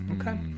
okay